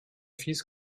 fils